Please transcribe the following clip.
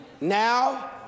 Now